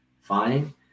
fine